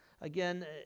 again